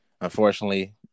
unfortunately